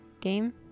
game